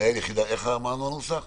איך אמרנו שיהיה הנוסח?